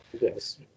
Yes